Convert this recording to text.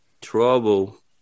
trouble